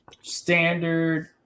standard